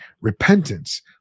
repentance